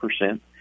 percent